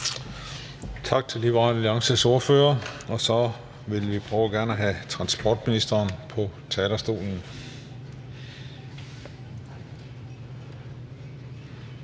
Tak til Liberal Alliances ordfører, og så vil vi gerne prøve at have transportministeren på talerstolen.